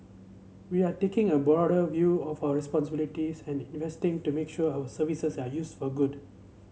we are taking a broader view of our responsibilities and investing to make sure our services are used for good